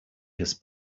his